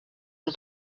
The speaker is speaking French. nom